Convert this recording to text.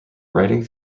writing